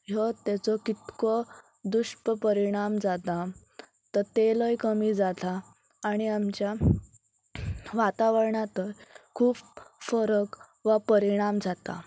ह्यो तेचो कितको दुश्य परिणाम जाता तो तेलय कमी जाता आनी आमच्या वातावरणांतय खूब फरक वा परिणाम जाता